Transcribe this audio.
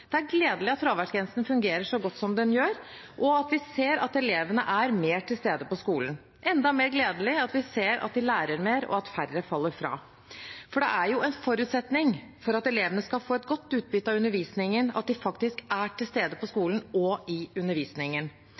Det er gledelig at fraværsgrensen fungerer så godt som den gjør, og at vi ser at elevene er mer til stede på skolen. Enda mer gledelig er det at vi ser at de lærer mer, og at færre faller fra. For det er jo en forutsetning for at elevene skal få et godt utbytte av undervisningen at de faktisk er til stede på skolen og i undervisningen.